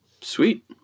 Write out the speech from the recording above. Sweet